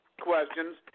questions